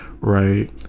right